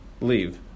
leave